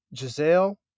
Giselle